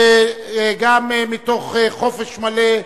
וגם מתוך חופש מלא,